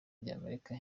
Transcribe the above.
ry’amerika